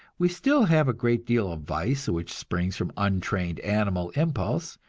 we still have a great deal of vice which springs from untrained animal impulse,